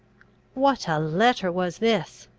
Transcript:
what a letter was this!